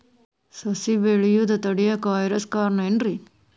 ಸಸಿ ಬೆಳೆಯುದ ತಡಿಯಾಕ ವೈರಸ್ ಕಾರಣ ಏನ್ರಿ?